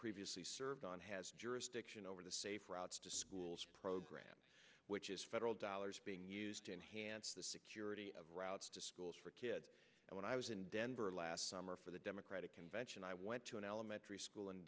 previously served on has jurisdiction over the safe routes to schools program which is federal dollars being used to enhance the security of routes to schools for kids and when i was in denver last summer for the democratic convention i went to an elementary school in